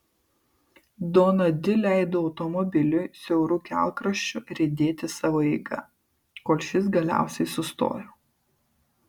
dona di leido automobiliui siauru kelkraščiu riedėti savo eiga kol šis galiausiai sustojo